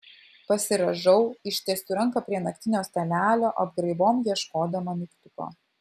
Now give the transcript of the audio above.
pasirąžau ištiesiu ranką prie naktinio stalelio apgraibom ieškodama mygtuko